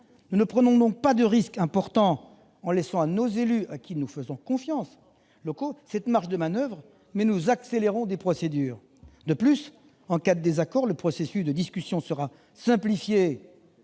Nous ne prenons pas de risques importants en laissant aux élus locaux, auxquels nous faisons confiance, cette marge de manoeuvre ; nous accélérons les procédures. De plus, en cas de désaccord, le processus de discussion sera simplifié